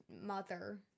mother